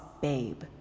babe